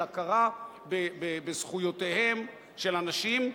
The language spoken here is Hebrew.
של הכרה בזכויותיהם של אנשים,